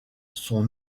son